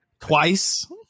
Twice